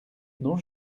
non